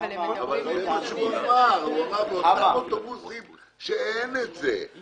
הכוונה לאותם אוטובוסים שאין בהם מכשיר תיקוף מאחור.